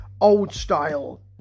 old-style